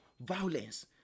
violence